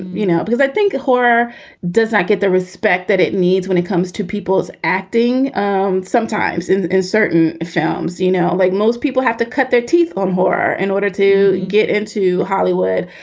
you know, because i think horror does not get the respect that it needs when it comes to people's acting um sometimes in in certain films. you know, like most people have to cut their teeth on horror in order to get into hollywood.